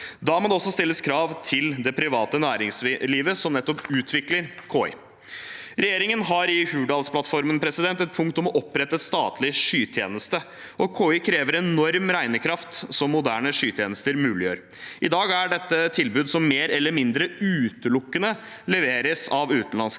Da må det også stilles krav til det private næringslivet som utvikler KI. Regjeringen har i Hurdalsplattformen et punkt om å opprette en statlig skytjeneste. KI krever enorm regnekraft, noe som moderne skytjenester muliggjør. I dag er dette et tilbud som mer eller mindre utelukkende leveres av utenlandske